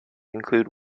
include